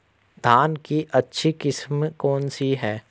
धान की अच्छी किस्म कौन सी है?